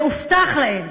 והובטח להם